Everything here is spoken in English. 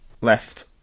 left